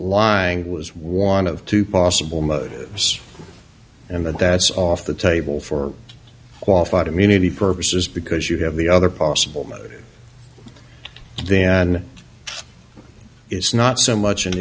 lying was want of two possible motives and that that's off the table for qualified immunity purposes because you have the other possible motive then it's not so much an